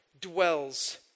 dwells